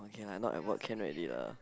can lah not at work can already lah